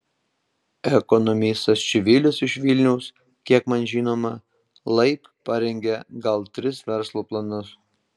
ekonomistas čivilis iš vilniaus kiek man žinoma laib parengė gal tris verslo planus